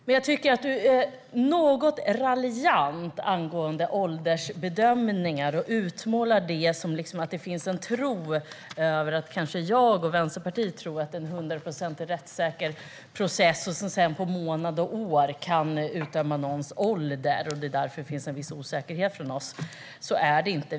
Men jag tycker att du är något raljant angående åldersbedömningar och utmålar det som att jag och Vänsterpartiet kanske tror att det handlar om en hundraprocentigt rättssäker process som på månad och år kan fastställa någons ålder och att det därför finns en viss osäkerhet från oss. Så är det inte.